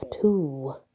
two